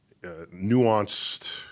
nuanced